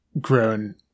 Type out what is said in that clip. grown